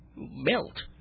Melt